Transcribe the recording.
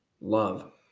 love